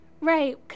Right